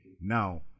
Now